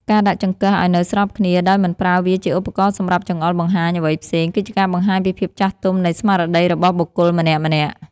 ការដាក់ចង្កឹះឱ្យនៅស្របគ្នាដោយមិនប្រើវាជាឧបករណ៍សម្រាប់ចង្អុលបង្ហាញអ្វីផ្សេងគឺជាការបង្ហាញពីភាពចាស់ទុំនៃស្មារតីរបស់បុគ្គលម្នាក់ៗ។